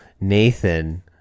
Nathan